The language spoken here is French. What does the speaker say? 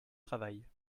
travail